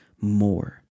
more